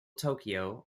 tokyo